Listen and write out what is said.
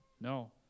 No